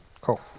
Cool